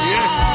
Yes